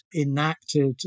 enacted